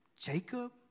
Jacob